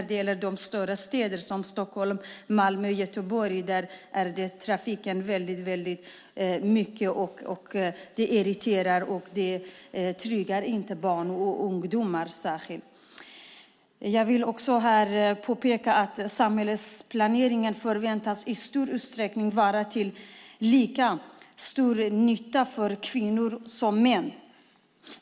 Det gäller särskilt större städer som Stockholm, Malmö och Göteborg, där det är väldigt mycket trafik. Det irriterar och tryggar inte barn och ungdomar särskilt. Jag vill påpeka att samhällsplaneringen i stor utsträckning förväntas vara till lika stor nytta för kvinnor som för män.